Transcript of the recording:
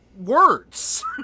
Words